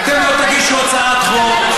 אתם לא תגישו הצעת חוק,